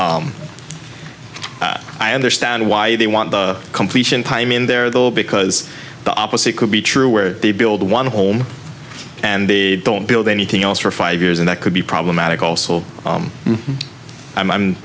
i understand why they want the completion time in there though because the opposite could be true where they build one home and they don't build anything else for five years and that could be problematic also